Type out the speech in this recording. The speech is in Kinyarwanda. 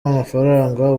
w’amafaranga